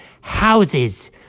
houses